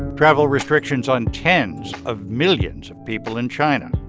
travel restrictions on tens of millions of people in china,